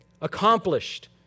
accomplished